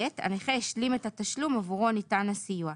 הנכה השלים את התשלום עבורו ניתן הסיוע.